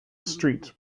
streets